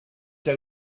they